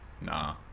nah